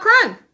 crime